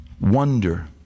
wonder